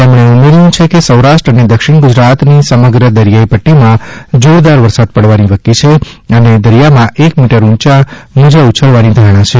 તેમણે ઉમેર્થું છે કે સૌરાષ્ટ્ર અને દક્ષિણ ગુજરાતની સમગ્ર દરિયાઇ પદ્દીમાં જોરદાર વરસાદ પડવાની વકી છે અને દરિયામાં એક મીટર ઉંચા મોજાં ઉછળવાની ધારણા છે